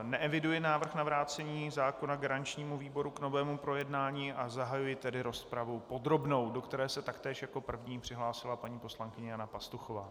Neeviduji návrh na vrácení zákona garančnímu výboru k novému projednání, a zahajuji tedy rozpravu podrobnou, do které se taktéž jako první přihlásila paní poslankyně Jana Pastuchová.